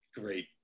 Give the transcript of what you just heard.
Great